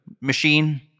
machine